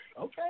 Okay